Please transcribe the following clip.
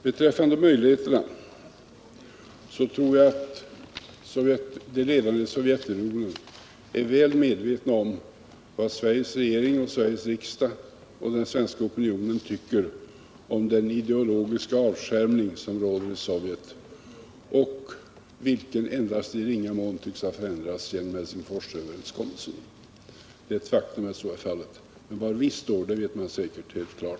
Beträffande möjligheterna att förhandla kan jag anföra att jag tror att de ledande i Sovjetunionen är väl medvetna om vad Sveriges regering, Sveriges riksdag och den svenska opinionen tycker om den ideologiska avskärmning som råder i Sovjet, vilken endast i ringa mån tycks ha förändrats genom Helsingforsöverenskommelsen. Det är ett faktum att så är fallet. Var vi står vet man säkert helt klart.